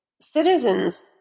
citizens